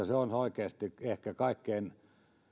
se olisi oikeasti ehkä kaikkein